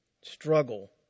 Struggle